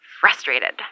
frustrated